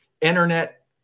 internet